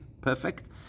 perfect